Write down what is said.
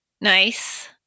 Nice